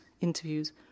interviews